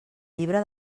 llibre